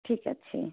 ଠିକ୍ ଅଛି